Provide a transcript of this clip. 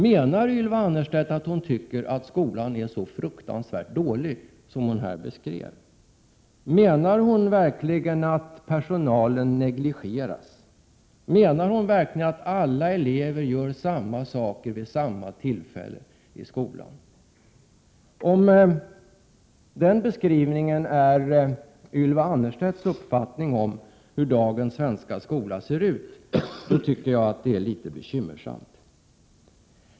Menar Ylva Annerstedt att hon tycker att skolan är så fruktansvärt dålig som hon här beskriver det? Menar hon verkligen att personalen negligeras? Menar hon att alla elever gör samma saker vid samma tillfälle i skolan? Om den beskrivningen är Ylva Annerstedts uppfattning om hur dagens svenska skola ser ut tycker jag att det är bekymmersamt.